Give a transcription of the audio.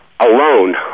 alone